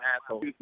asshole